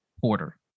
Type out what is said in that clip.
Porter